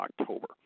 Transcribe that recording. October